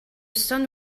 son